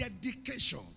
dedication